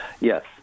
yes